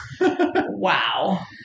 Wow